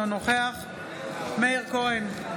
אינו נוכח מאיר כהן,